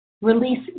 release